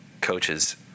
coaches